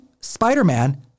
Spider-Man